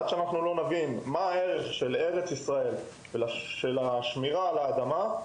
כי עד שאנחנו לא נבין את הערך של ארץ ישראל ושל השמירה על אדמתה,